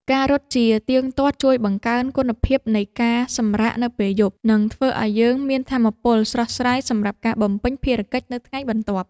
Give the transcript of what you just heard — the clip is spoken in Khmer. ការរត់ជាទៀងទាត់ជួយបង្កើនគុណភាពនៃការសម្រាកនៅពេលយប់ និងធ្វើឱ្យយើងមានថាមពលស្រស់ស្រាយសម្រាប់ការបំពេញភារកិច្ចនៅថ្ងៃបន្ទាប់។